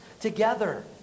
together